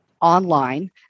online